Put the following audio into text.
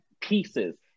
pieces